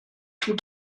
tut